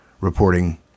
reporting